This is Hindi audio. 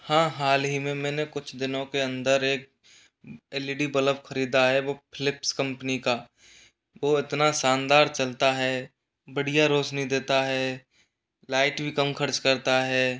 हाँ हाल ही में मैंने कुछ दिनों के अंदर एक एल ई डी बलब खरीदा है वो फिलिप्स कंपनी का वो इतना शानदार चलता है बढ़िया रौशनी देता है लाइट भी कम खर्च करता है